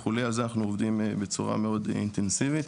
אז אנחנו עובדים בצורה מאוד אינטנסיבית.